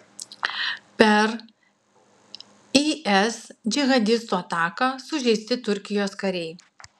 per is džihadistų ataką sužeisti turkijos kariai